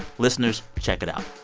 listeners, check it out